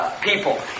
people